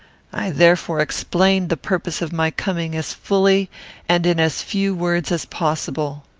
i therefore explained the purpose of my coming as fully and in as few words as possible.